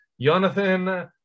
Jonathan